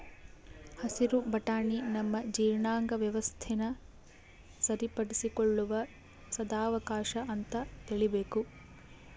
ಹಸಿರು ಬಟಾಣಿ ನಮ್ಮ ಜೀರ್ಣಾಂಗ ವ್ಯವಸ್ಥೆನ ಸರಿಪಡಿಸಿಕೊಳ್ಳುವ ಸದಾವಕಾಶ ಅಂತ ತಿಳೀಬೇಕು